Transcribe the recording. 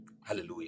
Hallelujah